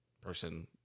person